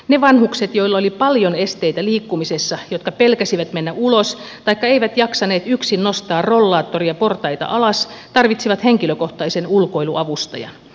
ne vanhukset joilla oli paljon esteitä liikkumisessa jotka pelkäsivät mennä ulos taikka eivät jaksaneet yksin nostaa rollaattoria portaita alas tarvitsivat henkilökohtaisen ulkoiluavustajan